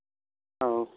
औ